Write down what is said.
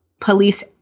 police